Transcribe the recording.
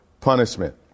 punishment